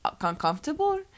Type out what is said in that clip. uncomfortable